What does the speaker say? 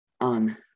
on